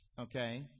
okay